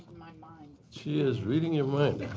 my mind. she is reading your mind.